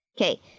Okay